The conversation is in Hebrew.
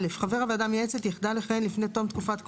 (א) חבר הוועדה המייעצת יחדל לכהן לפני תום תקופת כהונתו,